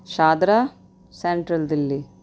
Shahdara Central Delhi